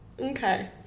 Okay